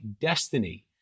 destiny